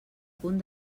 punt